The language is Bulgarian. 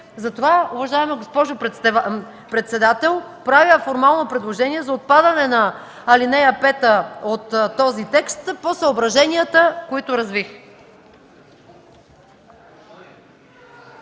текст? Уважаема госпожо председател, правя формално предложение за отпадане на ал. 5 от този текст по съображенията, които развих.